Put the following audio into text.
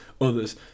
others